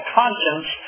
conscience